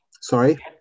sorry